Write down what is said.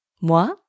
Moi